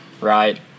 right